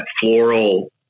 floral